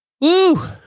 Woo